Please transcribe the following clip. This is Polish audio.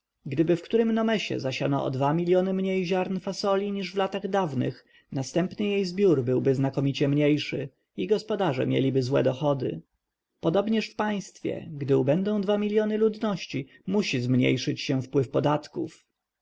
gdyby w którym nomesie zasiano o dwa miljony mniej ziarn fasoli niż w latach dawnych następny jej zbiór byłby znakomicie mniejszy i gospodarze mieliby złe dochody podobnież w państwie gdy ubędą dwa miljony ludności musi zmniejszyć się wpływ podatków